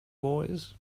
boys